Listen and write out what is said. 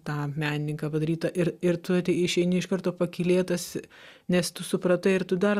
tą menininką padaryta ir ir tu išeini iš karto pakylėtas nes tu supratai ir tu dar